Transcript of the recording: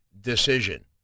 decision